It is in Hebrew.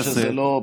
אני חושב שזה לא,